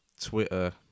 Twitter